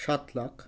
সাত লাখ